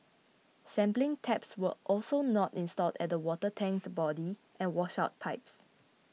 sampling taps were also not installed at the water tank body and washout pipes